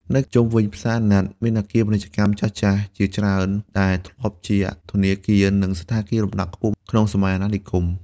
នៅជុំវិញផ្សារណាត់ មានអគារពាណិជ្ជកម្មចាស់ៗជាច្រើនដែលធ្លាប់ជាធនាគារ និងសណ្ឋាគារលំដាប់ខ្ពស់ក្នុងសម័យអាណានិគម។